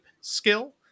skill